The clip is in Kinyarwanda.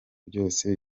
byose